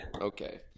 Okay